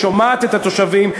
והיא שומעת את התושבים.